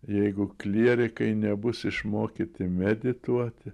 jeigu klierikai nebus išmokyti medituoti